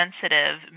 sensitive